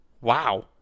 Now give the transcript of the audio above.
wow